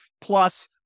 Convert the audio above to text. Plus